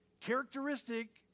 characteristic